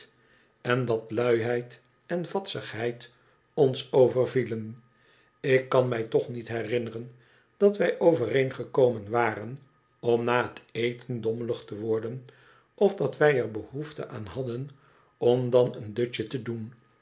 en dat luiheid en vadsigheid ons overvielen ik kan mij toch niet herinneren dat wij overeengekomen waren om na het eten dommelig te worden of dat wij er behoefte aan hadden om dan een dutje te doen